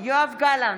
יואב גלנט,